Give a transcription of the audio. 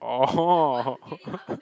orh hor